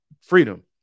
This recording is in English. Freedom